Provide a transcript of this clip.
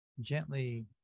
gently